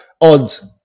odds